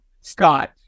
Scott